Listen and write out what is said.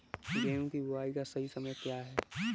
गेहूँ की बुआई का सही समय क्या है?